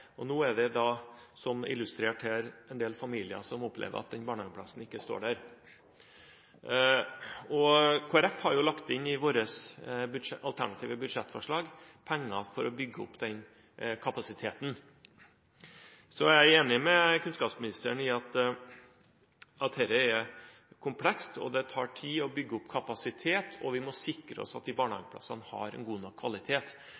er det – som illustrert her – en del familier som opplever at den barnehageplassen ikke står der. Kristelig Folkeparti har lagt inn penger i sitt alternative budsjettforslag for å bygge opp den kapasiteten. Jeg er enig med kunnskapsministeren i at dette er komplekst. Det tar tid å bygge opp kapasitet, og vi må sikre oss at